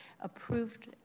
approved